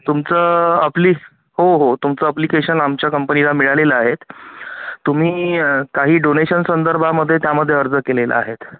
तुमचं अप्लि होहो तुमचं अप्लिकेशन आमच्या कंपनीला मिळालेलं आहेत तुम्ही काही डोनेशन संदर्भामध्ये त्यामध्ये अर्ज केलेला आहेत